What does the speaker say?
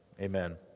amen